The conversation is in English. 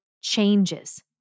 changes